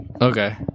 Okay